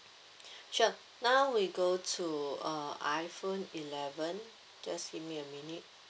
sure now we go to uh iphone eleven just give me a minute